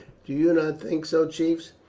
do you not think so, chiefs?